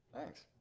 thanks